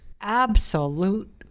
absolute